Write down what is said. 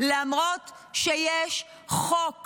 למרות שיש חוק